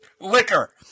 liquor